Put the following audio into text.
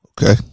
Okay